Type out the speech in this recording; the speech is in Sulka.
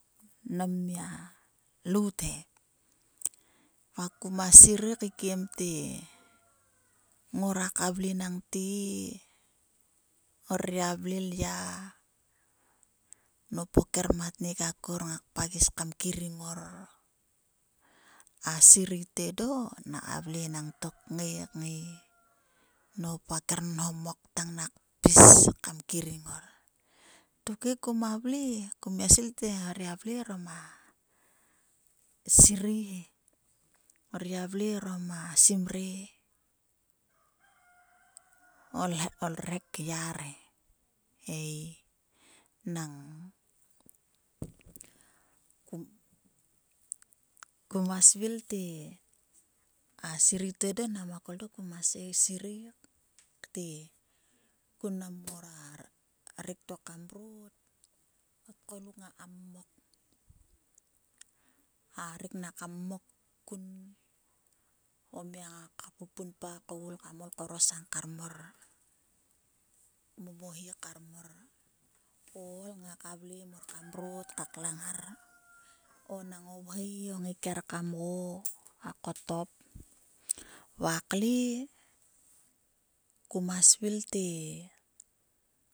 Nam mia lout he! Va kuma sirei keikiemat. ngorka vle enanget ngror gia vle nop o kermatnek akor ngak pagis kam kering ngor. A siriei to edo nak kavle enang tok ngai ngai nop a ker non ho mok tang nak pis kam kiring ngor tokhe koma vle, kuma svil te ngrogia vle orom a sirei he. Ngrar gia vle orom a simre o rhek lyar he. Ei nang kuma sirei te. a serei to edo nama kol dok koma sirei te kun nam ngora rek to kam mrot, o tgoluk ngaka mmok, a rek naka mmokkun, o mia ngaka pupunpa koul kam orosang kar mor. momohi kar mor, o ol ngaka vle kam mrot ka klang ngar. O enang o vhei o. o ngaiker kam go. a kotop va kle kuma svil te.